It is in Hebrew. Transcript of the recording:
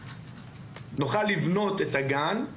אני שמחה לפתוח את ועדת החינוך,